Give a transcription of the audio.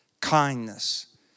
kindness